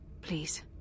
Please